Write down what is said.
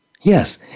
Yes